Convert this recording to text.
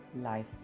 life